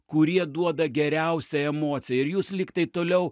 kurie duoda geriausią emociją ir jūs lyg tai toliau